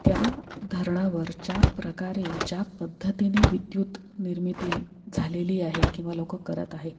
त्या धरणावर ज्या प्रकारे ज्या पद्धतीने विद्युत निर्मिती झालेली आहे किंवा लोकं करत आहे